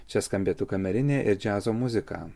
čia skambėtų kamerinė ir džiazo muzika